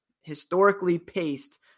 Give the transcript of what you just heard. historically-paced